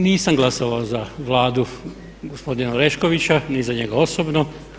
Nisam glasovao za Vladu gospodina Oreškovića ni za njega osobno.